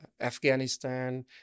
Afghanistan